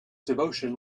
devotion